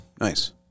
Nice